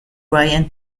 ryan